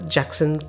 Jackson